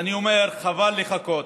אני אומר, חבל לחכות.